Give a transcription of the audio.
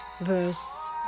verse